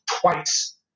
twice